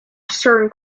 certain